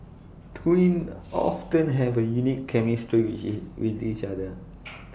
twins often have A unique chemistry with with each other